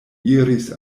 iris